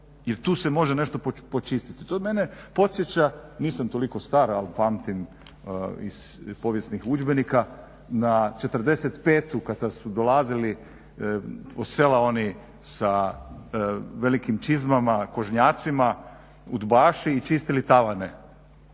jer tu se može nešto počistiti. To mene podsjeća, nisam toliko star ali pamtim iz povijesnih udžbenika na '45. kada su dolazili u sela oni sa velikim čizmama, kožnjacima udbaši i čistili tavane,